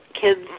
Kids